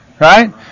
Right